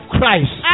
Christ